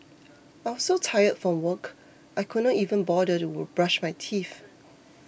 I was so tired from work I could not even bother to brush my teeth